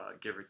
give